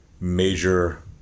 major